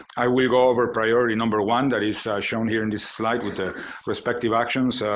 i will go over priority number one that is shown here in this slide with the respective actions.